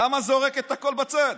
למה זורק את הכול בצד?